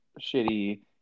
shitty